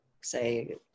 say